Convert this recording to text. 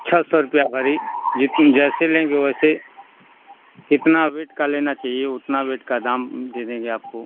छ सौ रुपया भरी लेकिन जैसे लेंगे वैसे कितना वेट का लेना चहिए उतना वेट का दाम दे देंगे आपको